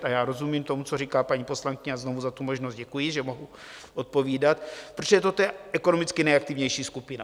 A já rozumím tomu, co říká paní poslankyně, a znovu za tu možnost děkuji, že mohu odpovídat, protože toto je ekonomicky nejaktivnější skupina.